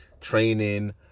training